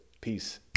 Peace